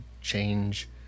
change